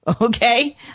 Okay